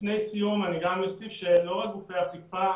גם כשמשהו הוא לצורכי ביטחון צריך הסדרה ברורה ומוקפדת שלא תיפרץ,